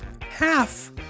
half